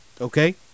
Okay